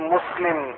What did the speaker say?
Muslim